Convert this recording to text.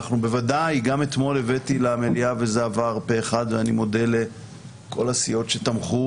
גם אתמול הבאתי למליאה וזה עבר פה-אחד ואני מודה לכל הסיעות שתמכו